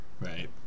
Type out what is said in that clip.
Right